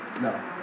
No